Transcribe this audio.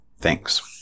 Thanks